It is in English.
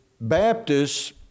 Baptists